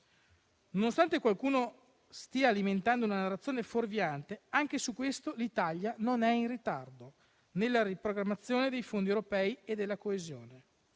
Nonostante qualcuno stia alimentando una narrazione fuorviante, l'Italia non è in ritardo nella riprogrammazione dei fondi europei e della coesione.